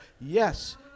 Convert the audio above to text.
Yes